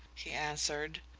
he answered.